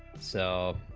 so